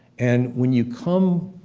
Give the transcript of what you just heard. and when you come,